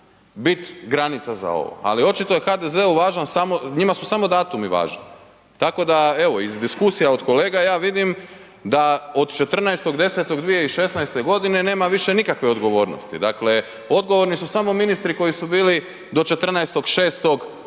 bit granica za ovo, ali očito je HDZ-u važno samo, njima su samo datumi važni, tako da evo iz diskusija od kolega ja vidim da od 14.10.2016.g. nema više nikakve odgovornosti, dakle odgovorni su samo ministri koji su bili do 14.10.2016.,